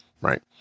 right